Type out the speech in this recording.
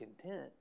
content